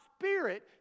Spirit